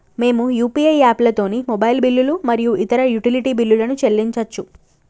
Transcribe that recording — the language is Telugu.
మేము యూ.పీ.ఐ యాప్లతోని మొబైల్ బిల్లులు మరియు ఇతర యుటిలిటీ బిల్లులను చెల్లించచ్చు